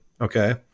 okay